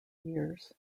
years